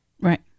Right